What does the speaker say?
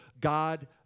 God